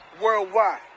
worldwide